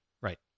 Right